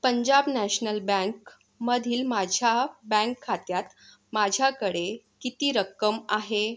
Punjab national बँकमधील माझ्या bank खात्यात माझ्याकडे किती रक्कम आहे